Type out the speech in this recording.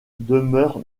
demeure